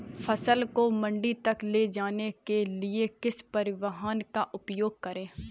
फसल को मंडी तक ले जाने के लिए किस परिवहन का उपयोग करें?